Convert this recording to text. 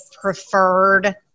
preferred